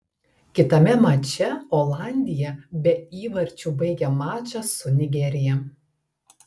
kitame mače olandija be įvarčių baigė mačą su nigerija